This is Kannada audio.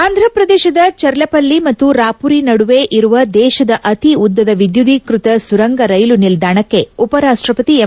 ಆಂಧ್ರಪ್ರದೇಶದ ಚೆರ್ಲಪಲ್ಲಿ ಮತ್ತು ರಾಮರಿ ನಡುವೆ ಇರುವ ದೇಶದ ಅತಿ ಉದ್ದದ ವಿದ್ಯುದೀಕ್ಷತ ಸುರಂಗ ರೈಲು ನಿಲ್ದಾಣಕ್ಕೆ ಉಪ ರಾಷ್ಟಪತಿ ಎಂ